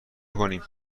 میکنیم